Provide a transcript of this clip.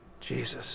Jesus